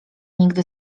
nigdy